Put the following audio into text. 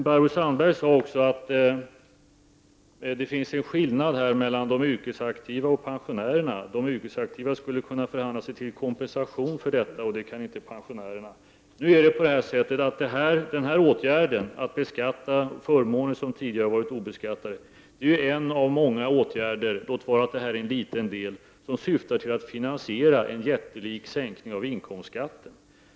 Barbro Sandberg sade också att det finns en skillnad mellan de yrkesaktiva och pensionärerna. De yrkesaktiva skulle kunna förhandla sig till en kompensation. men det kan inte pensionärerna göra. Denna åtgärd, att beskatta förmåner som tidigare har varit obeskattade, är en av många åtgärder — låt vara att det här är en liten del — som syftar till att finansiera en jättelik sänkning av inkomstskatten.